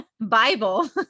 Bible